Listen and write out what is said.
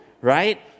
Right